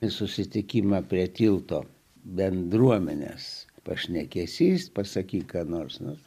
į susitikimą prie tilto bendruomenės pašnekesys pasakyk ką nors nu